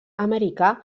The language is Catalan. americà